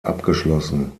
abgeschlossen